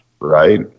Right